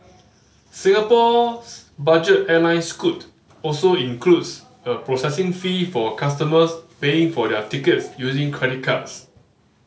Singapore's budget airline Scoot also includes a processing fee for customers paying for their tickets using credit cards